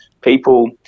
people